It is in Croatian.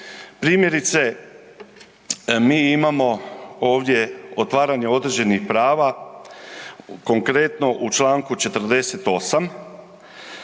Primjerice mi imamo ovdje otvaranje određenih prava konkretno u Članku 48.,